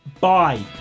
bye